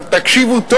תקשיבו טוב.